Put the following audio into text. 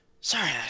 Sorry